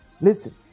Listen